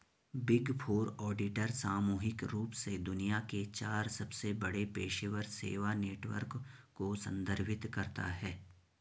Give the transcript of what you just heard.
big four auditor सामूहिक रूप से दुनिया के चार सबसे बड़े पेशेवर सेवा नेटवर्क को संदर्भित करता है